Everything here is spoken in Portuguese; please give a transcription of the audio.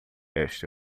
este